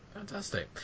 Fantastic